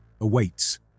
awaits